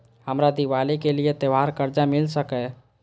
हमरा दिवाली के लिये त्योहार कर्जा मिल सकय?